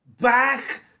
back